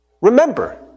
Remember